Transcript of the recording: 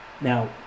Now